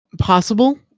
Possible